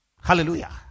Hallelujah